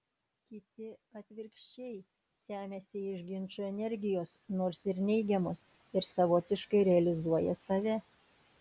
kiti atvirkščiai semiasi iš ginčų energijos nors ir neigiamos ir savotiškai realizuoja save